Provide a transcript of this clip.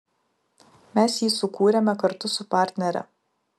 mes jį sukūrėme kartu su partnere